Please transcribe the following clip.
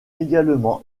également